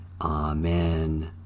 Amen